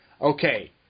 okay